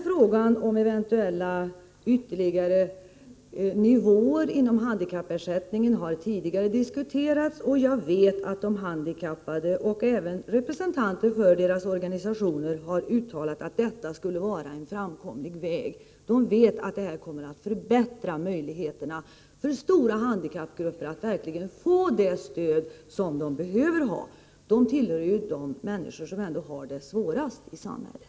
Frågan om eventuellt ytterligare nivåer inom handikappersättningen har tidigare diskuterats, och jag vet att de handikappade och även representanter för deras organisationer har uttalat att detta skulle vara en framkomlig väg. De vet att detta kommer att förbättra möjligheterna för stora handikappgrupper att verkligen få det stöd, som de behöver. De tillhör de människor som har det svårast i samhället.